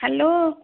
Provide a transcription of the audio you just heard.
hello